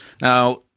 now